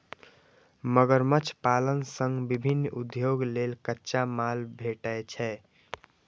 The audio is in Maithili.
मगरमच्छ पालन सं विभिन्न उद्योग लेल कच्चा माल भेटै छै